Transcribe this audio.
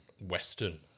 western